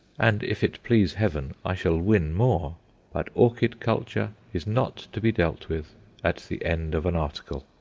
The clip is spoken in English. and if it please heaven, i shall win more but orchid culture is not to be dealt with at the end of an article.